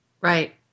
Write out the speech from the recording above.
Right